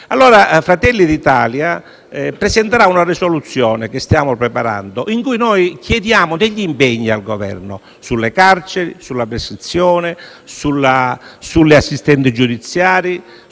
Italia. Fratelli d'Italia presenterà una risoluzione, che stiamo preparando, in cui chiediamo degli impegni al Governo, sulle carceri, sulla prescrizione, sugli assistenti giudiziari,